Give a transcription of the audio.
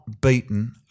beaten